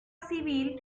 civil